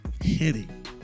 hitting